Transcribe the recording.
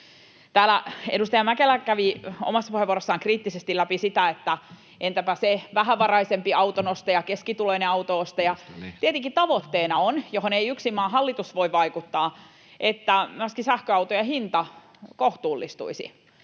Täällä edustaja Mäkelä kävi omassa puheenvuorossaan kriittisesti läpi sitä, että entäpä se vähävaraisempi autonostaja, keskituloinen autonostaja. Tietenkin tavoitteena on, mihin ei yksin maan hallitus voi vaikuttaa, että myöskin sähköautojen hinta kohtuullistuisi,